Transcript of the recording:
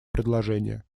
предложение